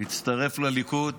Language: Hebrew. הצטרף לליכוד.